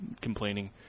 complaining